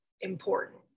important